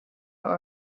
your